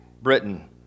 Britain